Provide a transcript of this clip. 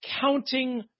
counting